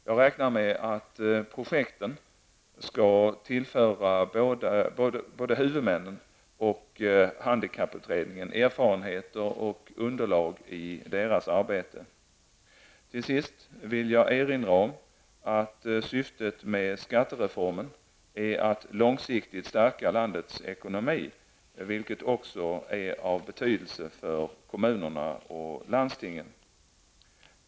Jag räknar med att projekten skall tillföra både huvudmännen och handikapputredningen erfarenheter och underlag i deras arbete. Till sist vill jag erinra om att syftet med skattereformen är att långsiktigt stärka landets ekonomi, vilket också är av betydelse för kommunerna och landstingen.